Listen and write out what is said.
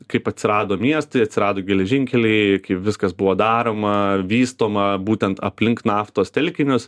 kaip atsirado miestai atsirado geležinkeliai kaip viskas buvo daroma vystoma būtent aplink naftos telkinius